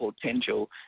potential